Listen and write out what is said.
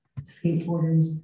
skateboarders